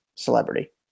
celebrity